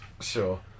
Sure